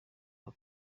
kwa